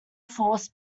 force